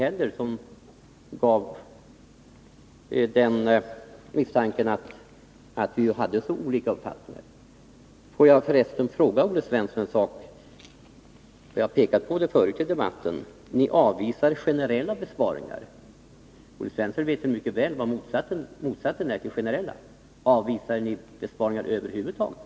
Den gav inte upphov till någon misstanke om att vi hade så särskilt olika uppfattningar. Låt mig förresten fråga Olle Svensson en sak. Som jag visat på tidigare i debatten avvisar ni förslag om generella besparingar. Olle Svensson vet mycket väl vad motsatsen till generella besparingar är. Avvisar ni tanken på Nr 44 besparingar över huvud taget?